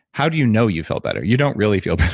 how do you know you felt better? you don't really feel